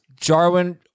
Jarwin